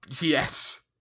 Yes